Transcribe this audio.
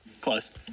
Close